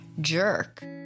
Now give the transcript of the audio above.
jerk